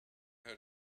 her